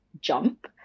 jump